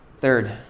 Third